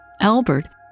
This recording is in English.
Albert